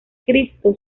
cristo